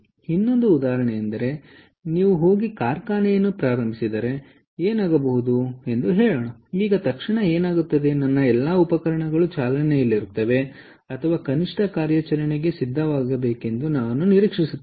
ಇನ್ನೊಂದು ಉದಾಹರಣೆಯೆಂದರೆ ನೀವು ಹೋಗಿ ಕಾರ್ಖಾನೆಯನ್ನು ಪ್ರಾರಂಭಿಸಿದರೆ ಬೆಳಿಗ್ಗೆ ಏನಾಗಬಹುದು ಎಂದು ಹೇಳೋಣ ಆಗ ತಕ್ಷಣ ಏನಾಗುತ್ತದೆ ನನ್ನ ಎಲ್ಲ ಉಪಕರಣಗಳು ಚಾಲನೆಯಲ್ಲಿರುತ್ತವೆ ಅಥವಾ ಕನಿಷ್ಠ ಕಾರ್ಯಾಚರಣೆಗೆ ಸಿದ್ಧವಾಗಬೇಕೆಂದು ನಾನು ನಿರೀಕ್ಷಿಸುತ್ತೇನೆ